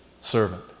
servant